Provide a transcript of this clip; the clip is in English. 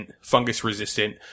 fungus-resistant